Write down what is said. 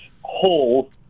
hole